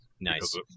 Nice